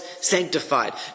sanctified